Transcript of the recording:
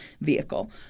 vehicle